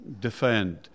defend